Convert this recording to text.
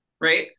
right